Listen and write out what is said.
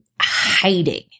hiding